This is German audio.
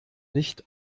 nicht